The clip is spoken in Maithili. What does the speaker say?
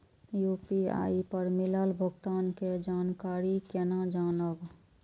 यू.पी.आई पर मिलल भुगतान के जानकारी केना जानब?